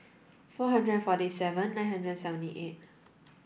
four hundred and forty seven nine hundred and seventy eight